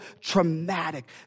traumatic